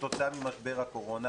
כתוצאה ממשבר הקורונה.